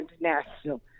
international